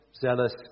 zealous